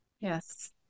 Yes